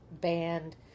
band